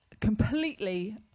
completely